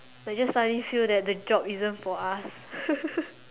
I just suddenly feel the that the job is isn't for us